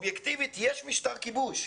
אובייקטיבית יש משטר כיבוש.